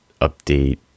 update